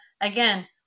again